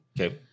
okay